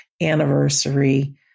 anniversary